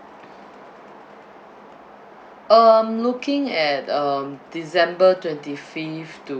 um looking at um december twenty fifth